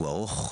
הוא ארוך,